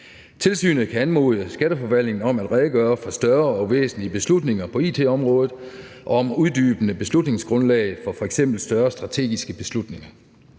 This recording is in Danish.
Tilsynet kan anmode skatteforvaltningen om at redegøre for større og væsentlige beslutninger på it-området og om uddybende beslutningsgrundlag for f.eks. større strategiske beslutninger;